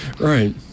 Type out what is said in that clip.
Right